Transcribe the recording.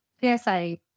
PSA